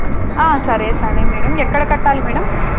సరే సరే మేడమ్ ఎక్కడ కట్టాలి మేడమ్